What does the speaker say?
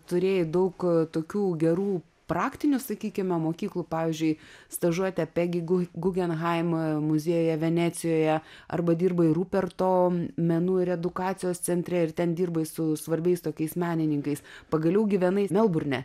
turėjau daug tokių gerų praktinių sakykime mokyklų pavyzdžiui stažuotę pegi gu gugenhaim muziejuje venecijoje arba dirbai ruperto menų ir edukacijos centre ir ten dirbai su svarbiais tokiais menininkais pagaliau gyvenai melburne